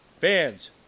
Fans